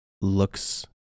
looks